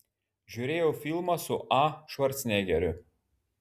žiūrėjau filmą su a švarcnegeriu